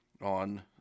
on